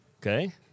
okay